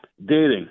Dating